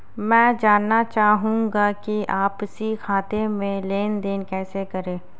मैं जानना चाहूँगा कि आपसी खाते में लेनदेन कैसे करें?